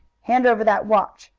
hand over that watch!